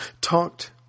talked